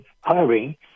hiring